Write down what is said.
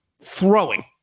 throwing